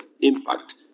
impact